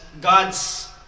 God's